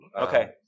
Okay